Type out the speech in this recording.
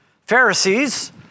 Pharisees